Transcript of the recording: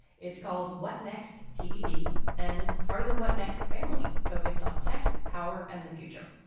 it's called what next. tbd and it's part of the what next family focused on tech power and the future.